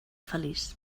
feliç